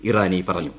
ഇറാനി പറഞ്ഞു